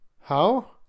How